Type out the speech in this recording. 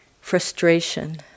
frustration